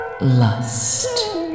lust